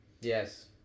Yes